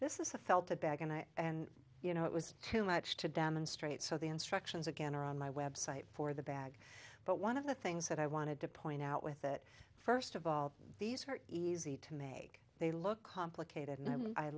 this is the felt a bag and i and you know it was too much to demonstrate so the instructions again are on my website for the bag but one of the things that i wanted to point out with it first of all these hurt easy to make they look complicated and